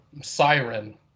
Siren